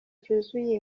cyuzuye